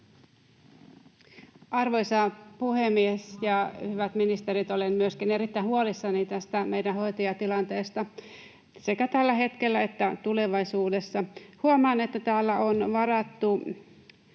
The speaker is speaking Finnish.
Arvoisa puhemies ja hyvät ministerit! Olen myöskin erittäin huolissani tästä meidän hoitajatilanteesta sekä tällä hetkellä että tulevaisuudessa. Huomaan, että täällä on varattu